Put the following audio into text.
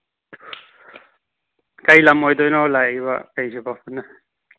ꯀꯔꯤ ꯂꯝ ꯑꯣꯏꯗꯣꯏꯅꯣ ꯂꯥꯛꯏꯕꯈꯩꯁꯦꯀꯣ ꯄꯨꯟꯅ